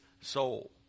soul